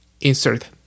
insert